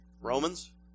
Romans